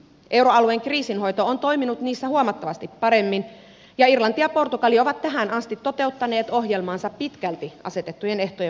euroalueen kriisinhoito on toiminut niissä huomattavasti paremmin ja irlanti ja portugali ovat tähän asti toteuttaneet ohjelmaansa pitkälti asetettujen ehtojen mukaisesti